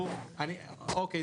אוקיי,